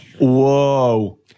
Whoa